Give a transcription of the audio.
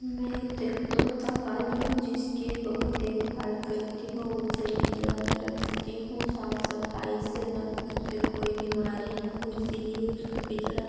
मैं तो एक तोता पाली हूँ जिसकी बहुत देखभाल करती हूँ उसे पिंजरे में रखती हूँ साफ़ सफ़ाई से ना उसे कोई बिमारी ना हो इसीलिए उसका पिंजरा